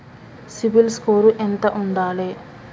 CIBIL score ఎంత ఉండాలే?